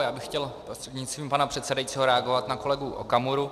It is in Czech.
Já bych chtěl, prostřednictvím pana předsedajícího, reagovat na kolegu Okamuru.